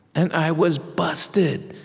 and i was busted.